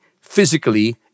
physically